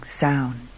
sound